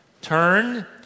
turn